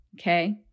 Okay